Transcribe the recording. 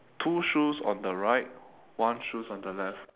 two shoes on the right one shoes on the left